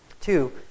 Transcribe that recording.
Two